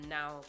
now